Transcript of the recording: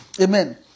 Amen